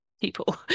People